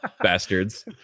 Bastards